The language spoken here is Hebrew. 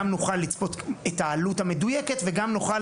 גם נוכל לצפות את העלות המדויקת וגם נוכל